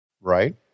Right